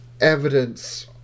evidence